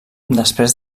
després